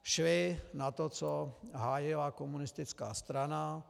Šli na to, co hájila komunistická strana.